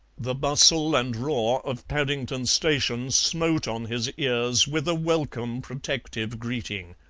the bustle and roar of paddington station smote on his ears with a welcome protective greeting.